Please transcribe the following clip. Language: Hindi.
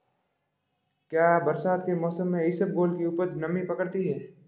क्या बरसात के मौसम में इसबगोल की उपज नमी पकड़ती है?